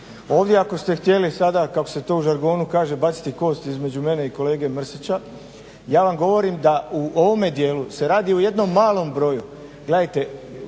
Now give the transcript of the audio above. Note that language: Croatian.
Ovdje ako ste htjeli sada kako se to u žargonu kaže baciti kost između mene i kolege Mrsića ja vam govorim da u ovome dijelu se radi o jednom malom broju. Gledajte,